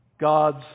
God's